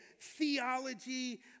theology